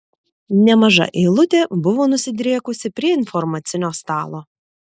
nemaža eilutė buvo nusidriekusi prie informacinio stalo